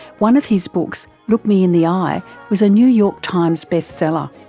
one of his books look me in the eye was a new york times best seller.